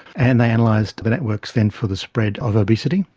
and they analysed the networks then for the spread of obesity.